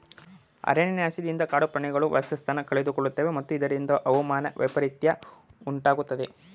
ಅರಣ್ಯನಾಶದಿಂದ ಕಾಡು ಪ್ರಾಣಿಗಳು ವಾಸಸ್ಥಾನ ಕಳೆದುಕೊಳ್ಳುತ್ತವೆ ಮತ್ತು ಇದರಿಂದ ಹವಾಮಾನ ವೈಪರಿತ್ಯ ಉಂಟಾಗುತ್ತದೆ